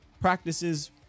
Practices